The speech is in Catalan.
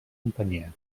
companyia